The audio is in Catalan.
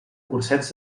cursets